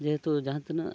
ᱡᱮᱦᱮᱛᱩ ᱡᱟᱦᱟᱸ ᱛᱤᱱᱟᱹᱜ